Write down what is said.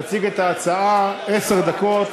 תציג את ההצעה, עשר דקות.